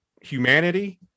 humanity